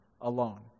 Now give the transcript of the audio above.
alone